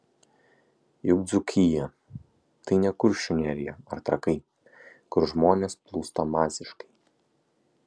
juk dzūkija tai ne kuršių nerija ar trakai kur žmonės plūsta masiškai